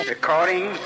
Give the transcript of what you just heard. Recording